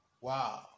Wow